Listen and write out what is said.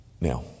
now